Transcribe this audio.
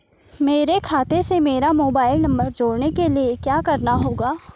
मेरे खाते से मेरा मोबाइल नम्बर जोड़ने के लिये क्या करना होगा?